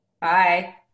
Bye